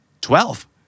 Twelve